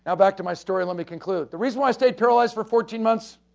ah back to my story let me conclude. the reason why i stayed paralyzed for fourteen months,